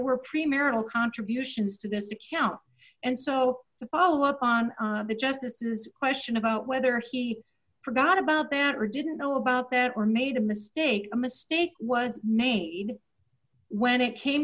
were premarital contributions to this account and so the follow up on the justices question about whether he forgot about that region know about that or made a mistake a mistake was made when it came